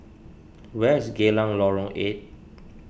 where is Geylang Lorong eight